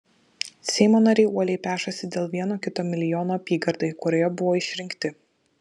seimo nariai uoliai pešasi dėl vieno kito milijono apygardai kurioje buvo išrinkti